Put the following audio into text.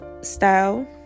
style